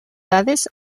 dades